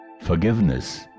forgiveness